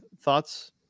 thoughts